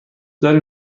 داریم